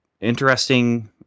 interesting